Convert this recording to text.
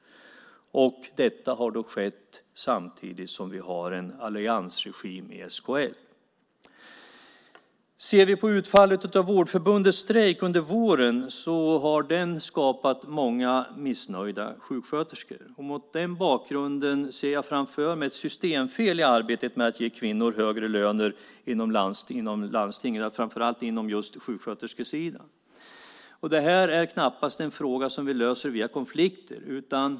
Detta har skett samtidigt som vi har en alliansregim i SKL. Vårdförbundets strejk under våren har skapat många missnöjda sjuksköterskor. Mot den bakgrunden ser jag ett systemfel i arbetet med att ge kvinnor högre löner inom landstingen, och då framför allt på sjuksköterskesidan. Det här är knappast en fråga som vi löser genom konfliktåtgärder.